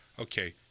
okay